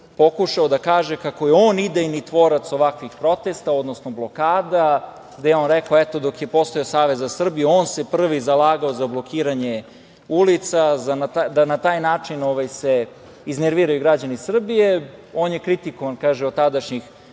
pokušao da kaže kako je on idejni tvorac ovakvih protesta, odnosno blokada, gde je on rekao, eto, dok je postojao Savez za Srbiju, on se prvi zalagao za blokiranje ulica, da se na taj način iznerviraju građani Srbije. On je kritikovan, kako kaže, od članova